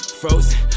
frozen